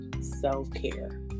self-care